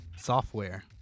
software